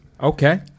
Okay